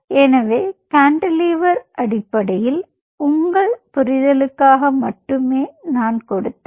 எனவே கான்டிலீவர் அடிப்படையில் உங்கள் புரிதலுக்காக மட்டுமே நான் கொடுத்தேன்